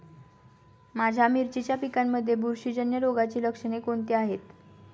माझ्या मिरचीच्या पिकांमध्ये बुरशीजन्य रोगाची लक्षणे कोणती आहेत?